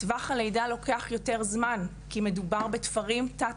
טווח הלידה לוקח יותר זמן כי מדובר בתפרים תת